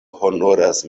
honoras